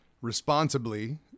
responsibly